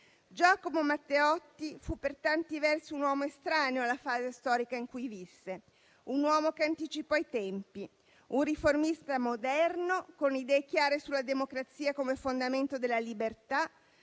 Giacomo Matteotti fu, per tanti versi, un uomo estraneo alla fase storica in cui visse; un uomo che anticipò i tempi; un riformista moderno con idee chiare sulla democrazia come fondamento della libertà,